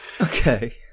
Okay